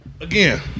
Again